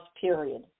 period